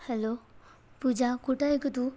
hello Pooja कुठं आहे गं तू